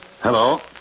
Hello